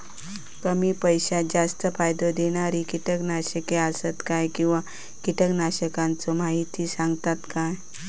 कमी पैशात जास्त फायदो दिणारी किटकनाशके आसत काय किंवा कीटकनाशकाचो माहिती सांगतात काय?